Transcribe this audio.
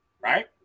right